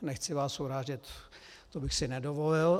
Nechci vás urážet, to bych si nedovolil.